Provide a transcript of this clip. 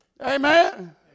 Amen